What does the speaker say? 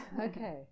Okay